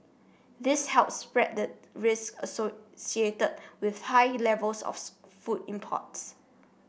this helps spread the risks associated with high levels of food imports